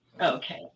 Okay